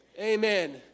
Amen